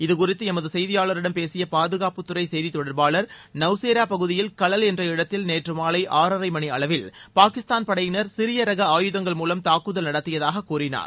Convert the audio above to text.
இதுகுறித்து எமது செய்தியாளரிடம் பேசிய பாதுகாப்புத்துறை செய்தித் தொடர்பாளர் நவ்சேரா பகுதியில் கலல் என்ற இடத்தில் நேற்று மாலை ஆறரை மணி அளவில் பாகிஸ்தான் படையினர் சிறிய ரக ஆயுதங்கள் மூலம் தாக்குதல் நடத்தியதாகக் கூறினார்